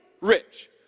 rich